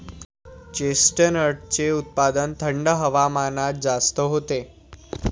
चेस्टनटचे उत्पादन थंड हवामानात जास्त होते